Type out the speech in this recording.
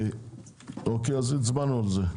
אז הצבענו על זה.